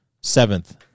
seventh